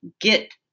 get